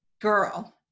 girl